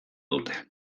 dute